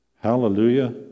hallelujah